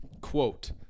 quote